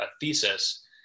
thesis